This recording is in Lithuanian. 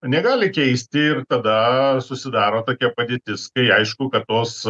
negali keisti ir tada susidaro tokia padėtis kai aišku kad tos